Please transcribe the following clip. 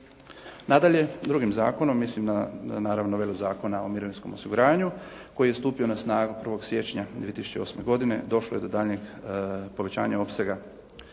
Nadalje, drugim zakonom, mislim naravno na novelu Zakona o mirovinskom osiguranju koji je stupio na snagu 1. siječnja 2008. godine došlo je do daljnjeg povećanja opsega